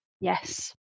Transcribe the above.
Yes